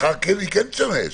מחר היא כן תשמש.